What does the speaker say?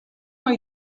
are